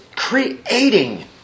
creating